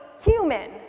human